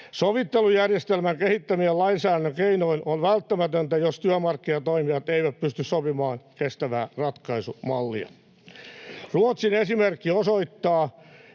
Sovittelujärjestelmän kehittäminen lainsäädännön keinoin on välttämätöntä, jos työmarkkinatoimijat eivät pysty sopimaan kestävää ratkaisumallia. Ruotsin esimerkki osoittaa,